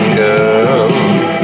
girls